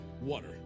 water